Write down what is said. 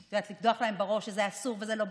לקדוח להם בראש שזה אסור ולא בסדר,